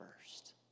first